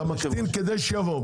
אתה מקטין כדי שיבואו.